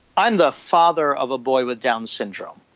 i'm the father of a boy with down syndrome.